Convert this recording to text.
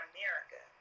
America